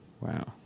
Wow